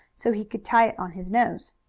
so he could tie it on his nose.